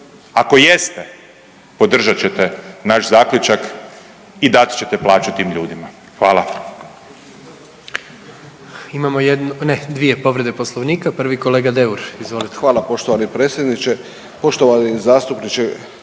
Ako jeste podržat ćete naš zaključak i dat ćete plaću tim ljudima. Hvala.